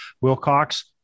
Wilcox